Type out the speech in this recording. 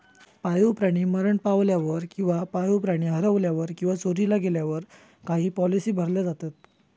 पाळीव प्राणी मरण पावल्यावर किंवा पाळीव प्राणी हरवल्यावर किंवा चोरीला गेल्यावर काही पॉलिसी भरल्या जातत